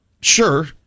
Sure